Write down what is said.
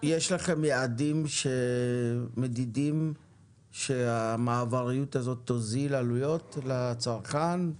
--- יש לכם יעדים מדידים שהמעבריות הזאת תוזיל עלויות לצרכן?